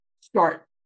start